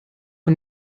von